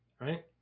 right